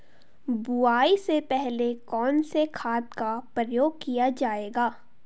बुआई से पहले कौन से खाद का प्रयोग किया जायेगा?